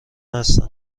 هستند